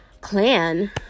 clan